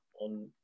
on